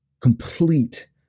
complete